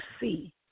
see